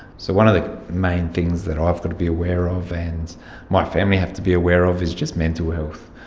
so one of the main things that i've got to be aware of and and my family have to be aware of is just mental health.